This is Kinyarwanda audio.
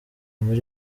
muri